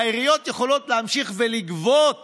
העיריות יכולות להמשיך ולגבות